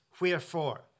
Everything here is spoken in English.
wherefore